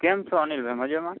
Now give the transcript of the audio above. કેમ છો અનિલભાઈ મજામાં